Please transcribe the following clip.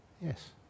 Yes